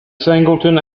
singleton